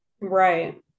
Right